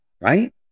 right